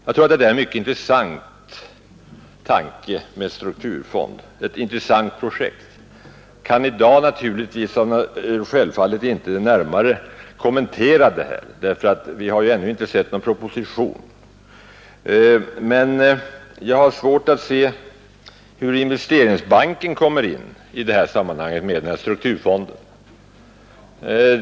Jag tror att detta med strukturfond är ett mycket intressant projekt. Men jag kan i dag självfallet inte närmare kommentera detta, eftersom vi ju ännu inte sett någon proposition i ämnet. Jag har dock svårt att se hur Investeringsbanken kommer in i samband med denna strukturfond.